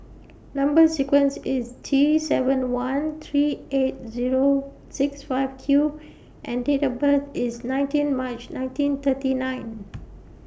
Number sequence IS T seven one three eight Zero six five Q and Date of birth IS nineteen March nineteen thirty nine